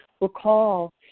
recall